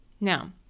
now